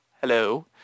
Hello